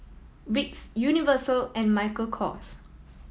Vicks Universal and Michael Kors